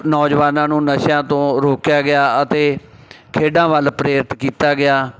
ਨੌਜਵਾਨਾਂ ਨੂੰ ਨਸ਼ਿਆਂ ਤੋਂ ਰੋਕਿਆ ਗਿਆ ਅਤੇ ਖੇਡਾਂ ਵੱਲ ਪ੍ਰੇਰਿਤ ਕੀਤਾ ਗਿਆ